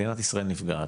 מדינת ישראל נפגעת.